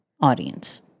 audience